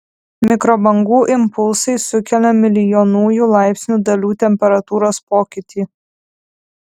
mikrobangų impulsai sukelia milijonųjų laipsnio dalių temperatūros pokytį